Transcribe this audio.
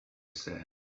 said